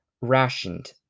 rationed